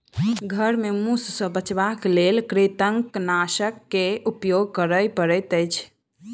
घर में मूस सॅ बचावक लेल कृंतकनाशक के उपयोग करअ पड़ैत अछि